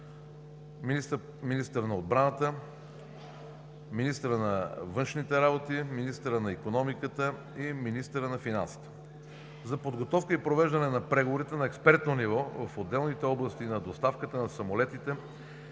министърът на отбраната; министърът на външните работи; министърът на икономиката и министърът на финансите. За подготовката и провеждането на преговорите на експертно ниво в отделните области на доставката на самолетите